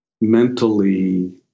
mentally